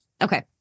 okay